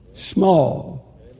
Small